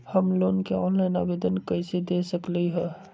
हम लोन के ऑनलाइन आवेदन कईसे दे सकलई ह?